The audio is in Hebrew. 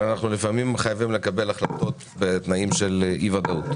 אבל לפעמים אנו חייבים לקבל החלטות בתנאים של אי-ודאות.